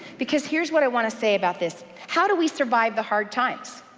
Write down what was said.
because here's what i want to say about this. how do we survive the hard times?